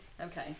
Okay